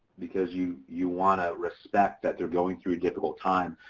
because you you want to respect that they're going through a difficult time,